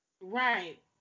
Right